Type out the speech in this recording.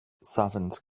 servants